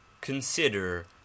consider